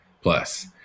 plus